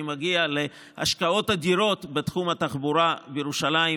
אני מגיע להשקעות אדירות בתחום התחבורה בירושלים.